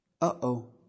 Uh-oh